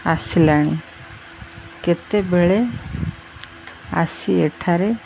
ଆସିଲାଣି କେତେବେଳେ ଆସି ଏଠାରେ